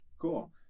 cool